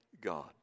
God